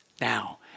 now